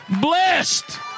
Blessed